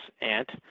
aunt